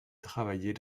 travailler